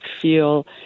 feel